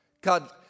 God